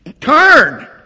Turn